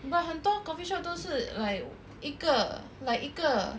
but 很多 coffee shop 都是 like 一个 like 一个